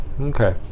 Okay